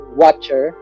watcher